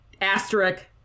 Asterisk